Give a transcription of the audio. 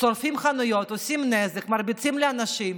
שורפים חנויות, עושים נזק, מרביצים לאנשים.